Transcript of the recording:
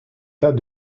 tas